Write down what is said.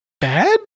bad